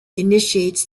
initiates